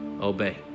obey